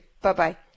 Bye-bye